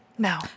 No